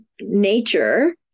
nature